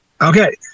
Okay